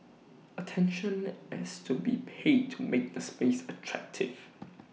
attention has to be paid to make the space attractive